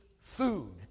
food